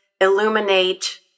illuminate